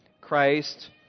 Christ